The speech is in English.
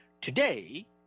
Today